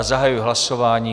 Zahajuji hlasování.